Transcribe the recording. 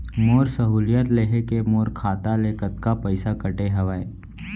मोर सहुलियत लेहे के मोर खाता ले कतका पइसा कटे हवये?